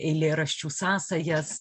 eilėraščių sąsajas